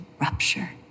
rupture